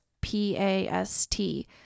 P-A-S-T